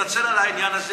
תתנצל על העניין הזה,